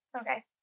okay